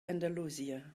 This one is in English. andalusia